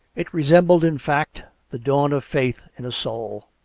it resembled, in fact, the dawn of faith in a soul.